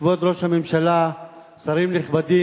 כבוד ראש הממשלה, שרים נכבדים,